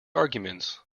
arguments